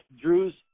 Drew's